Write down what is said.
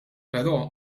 però